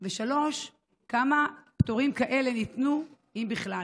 3. כמה פטורים כאלה ניתנו, אם בכלל?